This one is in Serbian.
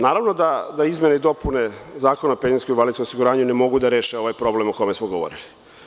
Naravno da izmene i dopune Zakona o penzijsko-invalidskom osiguranju ne mogu da reše ovaj problem o kome smo govorili.